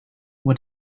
what